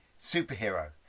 superhero